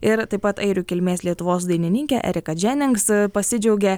ir taip pat airių kilmės lietuvos dainininkė erika dženings pasidžiaugė